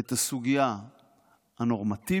את הסוגיה הנורמטיבית,